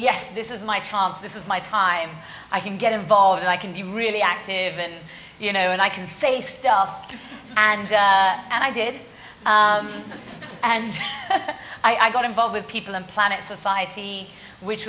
yes this is my chance this is my time i can get involved and i can be really active and you know and i can say stuff and and i did and i got involved with people and planet society which